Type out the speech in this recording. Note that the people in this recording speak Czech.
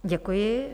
Děkuji.